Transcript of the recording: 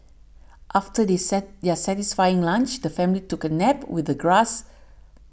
after they set their satisfying lunch the family took a nap with the grass